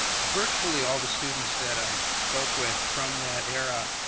virtually, all the students that i spoke with from that era,